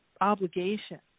obligation